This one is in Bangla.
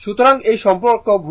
সুতরাং এই সম্পর্কে ভুলে যান